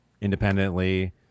independently